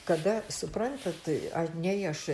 kada suprantat a nei aš